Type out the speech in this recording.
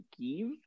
give